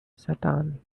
satan